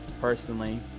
personally